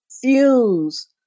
fumes